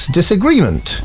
disagreement